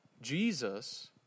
Jesus